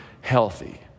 healthy